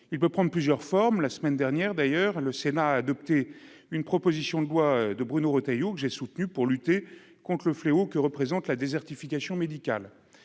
il peut prendre plusieurs formes, la semaine dernière d'ailleurs, le Sénat a adopté une proposition de loi de Bruno Retailleau, que j'ai soutenu pour lutter contre le fléau que représente la désertification médicale